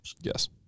Yes